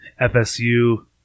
FSU